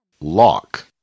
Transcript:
lock